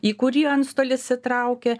į kurį antstolis įtraukia